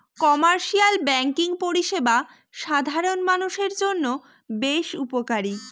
commercial banking পরিষেবা সাধারণ মানুষের জন্য বেশ উপকারী